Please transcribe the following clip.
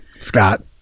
Scott